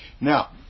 Now